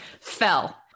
fell